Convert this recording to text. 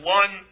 one